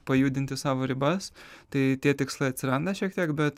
pajudinti savo ribas tai tie tikslai atsiranda šiek tiek bet